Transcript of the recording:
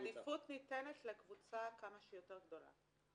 העדיפות ניתנת לקבוצה כמה שיותר גדולה.